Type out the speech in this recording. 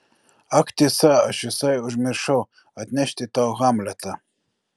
ak tiesa aš visai užmiršau atnešti tau hamletą